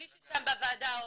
מי ששם בוועדה עוד,